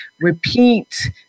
repeat